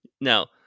Now